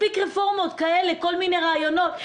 מספיק רפורמות כאלה וכל מיני רעיונות.